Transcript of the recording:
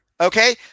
okay